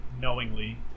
Knowingly